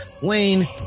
Wayne